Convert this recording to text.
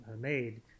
made